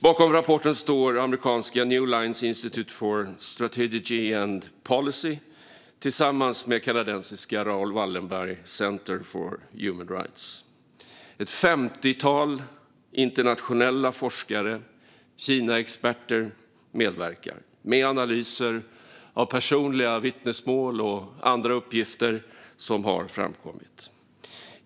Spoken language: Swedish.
Bakom rapporten står amerikanska Newlines Institute for Strategy and Policy tillsammans med kanadensiska Raoul Wallenberg Centre for Human Rights. Ett femtiotal internationella forskare och Kinaexperter medverkar med analyser av personliga vittnesmål och andra uppgifter som har framkommit.